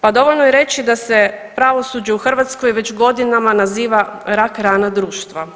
Pa dovoljno je reći da se pravosuđe u Hrvatskoj već godinama naziva rak rana društva.